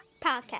Podcast